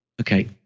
Okay